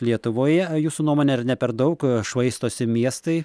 lietuvoje jūsų nuomone ar ne per daug švaistosi miestai